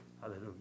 Hallelujah